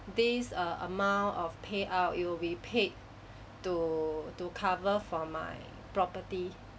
these err amount of payout it will be paid to to cover for my property